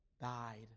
died